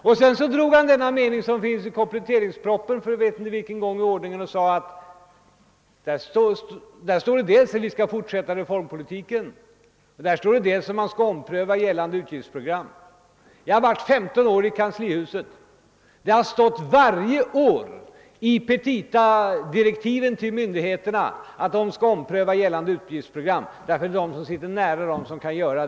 Därefter drog han den där meningen i kompletteringspropositionen, jag vet inte för vilken gång i ordningen, och sade att det där dels står att vi skall fortsätta reformpolitiken, dels att gällande utgiftsprogram skall omprövas. Jag har varit i kanslihuset i 15 år och kan nämna att det varje år i petitadirektiven till myndigheterna stått att de skall ompröva gällande utgiftsprogram; de sitter väl till för att bedöma möjligheterna.